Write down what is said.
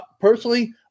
personally